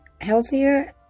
healthier